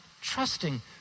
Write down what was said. trusting